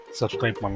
subscribe